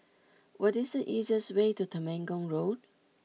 what is the easiest way to Temenggong Road